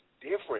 different